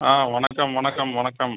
ஆ வணக்கம் வணக்கம் வணக்கம்